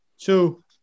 two